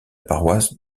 paroisse